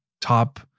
top